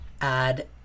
add